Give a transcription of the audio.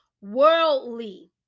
worldly